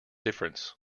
difference